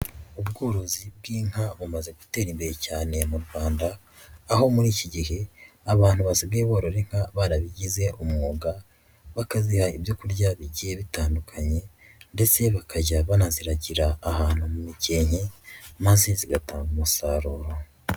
Ubworozi bw'inka bumaze gutera imbere cyane mu Rwanda, aho muri iki gihe abantu basigaye borora inka barabigize umwuga, bakaziha ibyo kurya bigiye bitandukanye ndetse bakajya banaaniragira ahantu mu mikenke, maze zigatanga umusaruro.